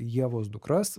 ievos dukras